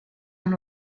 amb